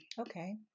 okay